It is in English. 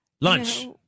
Lunch